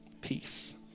peace